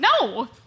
No